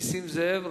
חבר הכנסת נסים זאב,